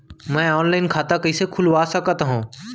मैं ऑनलाइन खाता कइसे खुलवा सकत हव?